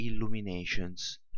illuminations